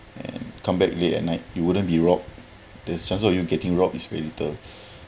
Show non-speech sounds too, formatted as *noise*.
and come back late at night you wouldn't be rob the chances of you getting robbed is very little *breath*